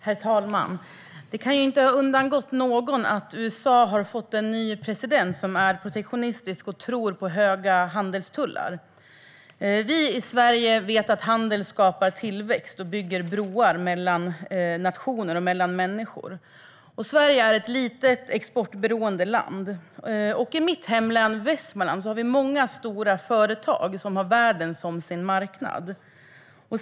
Herr talman! Det kan inte ha undgått någon att USA har fått en ny president som är protektionistisk och tror på högra handelstullar. Vi i Sverige vet att handel skapar tillväxt och bygger broar mellan nationer och mellan människor. Sverige är ett litet, exportberoende land. I mitt hemlän Västmanland har vi många stora företag som har världen som sin marknad.